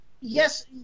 Yes